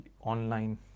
online